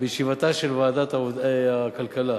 בישיבתה של ועדת הכלכלה.